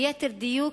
ליתר דיוק,